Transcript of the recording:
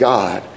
God